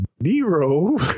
Nero